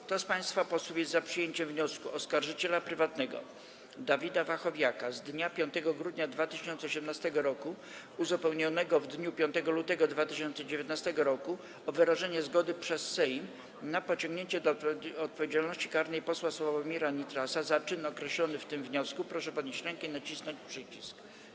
Kto z państwa posłów jest za przyjęciem wniosku oskarżyciela prywatnego Dawida Wachowiaka z dnia 5 grudnia 2018 r., uzupełnionego w dniu 5 lutego 2019 r., o wyrażenie zgody przez Sejm na pociągnięcie do odpowiedzialności karnej posła Sławomira Nitrasa za czyn określony w tym wniosku, proszę podnieść rękę i nacisnąć przycisk.